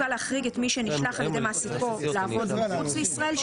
מוצע להחריג את מי שנשלח על ידי מעסיקו לעבוד מחוץ לישראל,